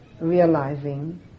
realizing